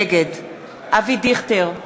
נגד אבי דיכטר,